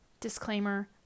Disclaimer